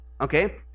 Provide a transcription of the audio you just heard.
Okay